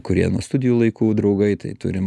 kurie nuo studijų laikų draugai tai turim